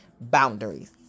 boundaries